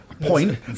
Point